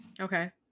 Okay